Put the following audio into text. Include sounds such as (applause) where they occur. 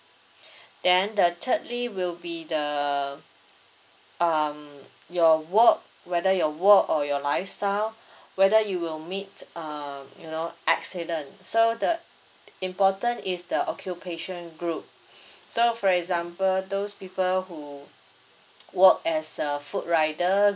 then the thirdly will be the um your work whether your work or your lifestyle whether you will meet um you know accident so the important is the occupation group (breath) so for example those people who work as a food rider